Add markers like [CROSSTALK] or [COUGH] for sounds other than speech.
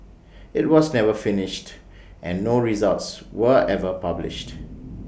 IT was never finished and no results were ever published [NOISE]